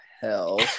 hell